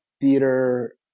Theater